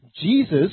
jesus